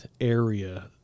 area